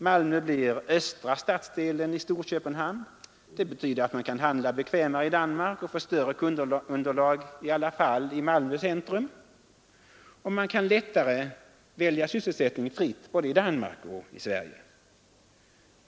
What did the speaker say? Malmö blir östra stadsdelen i Storköpenhamn, och det betyder att man kan handla bekvämare i Danmark och ändå få större kundunderlag i Malmö centrum. Man kan också lättare välja sysselsättning både i Danmark och i Sverige.